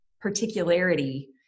particularity